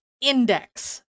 index